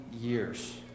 years